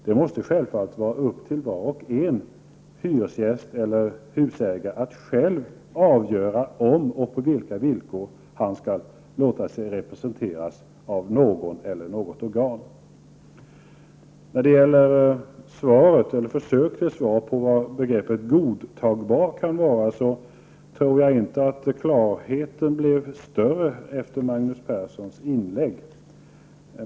Det måste självfallet vara upp till varje hyresgäst eller husägare att avgöra om och på vilka villkor han skall låta sig representeras av någon eller något organ. Jag tror inte att klarheten om vad som är ''godtagbar'' lönsamhet är större efter Magnus Perssons inlägg.